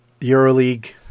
Euroleague